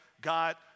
God